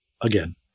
again